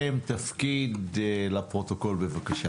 בבקשה.